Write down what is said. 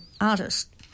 artist